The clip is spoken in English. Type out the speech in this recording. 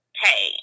hey